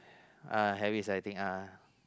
uh very exciting ah